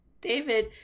david